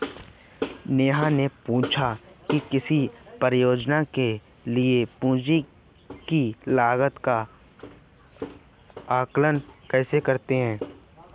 नेहा ने पूछा कि किसी परियोजना के लिए पूंजी की लागत का आंकलन कैसे करते हैं?